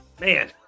Man